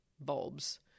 bulbs